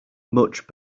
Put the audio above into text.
much